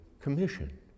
Commission